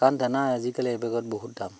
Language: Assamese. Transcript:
কাৰণ দানা আজিকালি এবেগত বহুত দাম